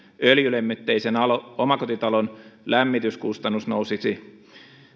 öljylämmitteisen omakotitalon lämmityskustannus nousisi